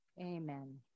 amen